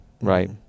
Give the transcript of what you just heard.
right